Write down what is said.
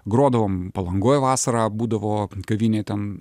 grodavom palangoj vasarą būdavo kavinėj ten